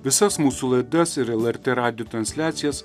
visas mūsų laidas ir lrt radijo transliacijas